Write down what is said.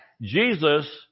Jesus